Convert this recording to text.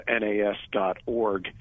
nas.org